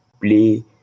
play